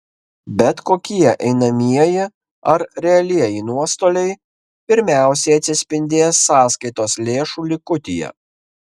bet kokie einamieji ar realieji nuostoliai pirmiausiai atsispindės sąskaitos lėšų likutyje